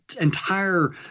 entire